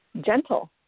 gentle